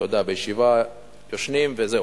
אתה יודע, בישיבה ישנים וזהו,